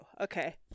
Okay